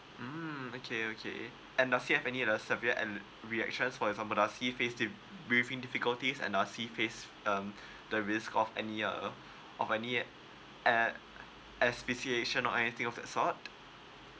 mm okay okay and severe and reactions for example the see face deep breathing difficulties and uh see face um the risk of any uh of any uh reaction or anything of that sort